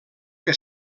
que